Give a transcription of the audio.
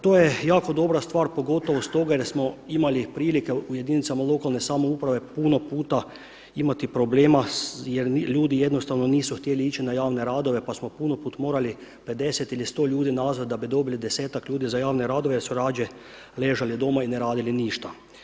To je jako dobra stvar pogotovo stoga jer smo imali prilike u jedinicama lokalne samouprave puno puta imati problema jer ljudi jednostavno nisu htjeli ići na javne radove pa smo puno puta morali 50 ili 100 ljudi nazvati da bi dobili desetak ljudi za javne radove jer su rađe ležali doma i ne radili ništa.